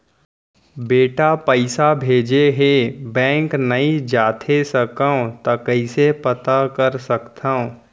बेटा पइसा भेजे हे, बैंक नई जाथे सकंव त कइसे पता कर सकथव?